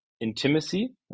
intimacy